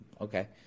okay